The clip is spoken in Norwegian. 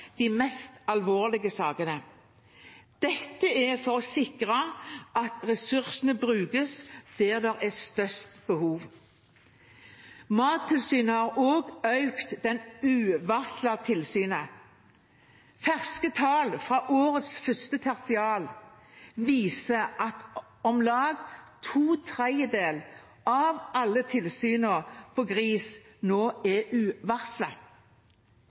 de mest alvorlige sakene. Dette er for å sikre at ressursene brukes der det er størst behov. Mattilsynet har også økt bruken av uvarslede tilsyn. Ferske tall fra årets første tertial viser at om lag to tredjedeler av alle tilsynene på gris nå er